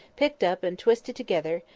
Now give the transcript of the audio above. picked up and twisted together,